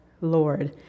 Lord